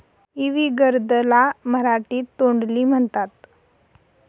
इवी gourd ला मराठीत तोंडली म्हणतात